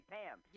Pam